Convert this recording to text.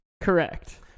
Correct